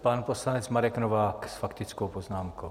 Pan poslanec Marek Novák s faktickou poznámkou.